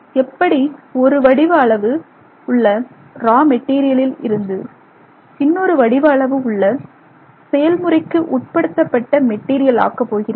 எப்படி ஒரு வடிவ அளவு உள்ள ரா மெட்டீரியலில் இருந்து இன்னொரு வடிவ அளவு உள்ள செயல்முறைக்கு உட்படுத்தப்பட்ட மெட்டீரியல் ஆக்க போகிறீர்கள்